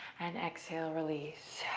and exhale, release.